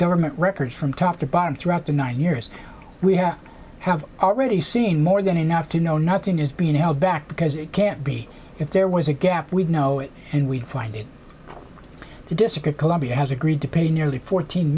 government records from top to bottom throughout the nine years we have have already seen more than enough to know nothing is being held back because it can't be if there was a gap we'd know it and we'd find it to disagree colombia has agreed to pay nearly fourteen